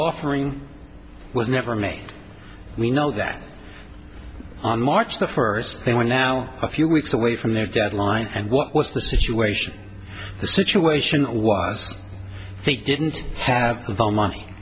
offering was never made we know that on march the first they were now a few weeks away from their deadline and what was the situation the situation was they didn't have the money